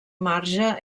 marge